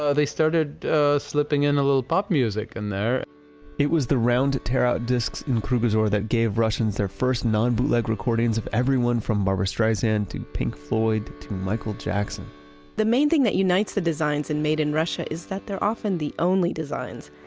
ah they started slipping in a little pop music in there it was, the round teradiscs in krugozor that gave russians their first non bootleg recordings of everyone from barbra streisand to pink floyd to michael jackson the main thing that unites the designs and made in russia is that they're often the only designs.